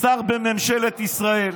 שר בממשלת ישראל